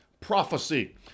prophecy